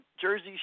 Jersey